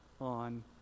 on